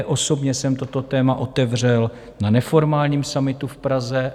Osobně jsem toto téma otevřel na neformálním summitu v Praze.